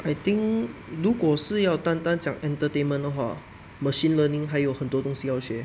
I think 如果是要单单讲 entertainment 的话 machine learning 还有很多东西要学